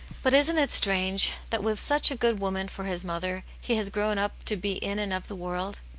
but isn't it strange, that with such a good woman for his mother, he has grown up to be in and of the world?